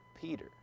Peter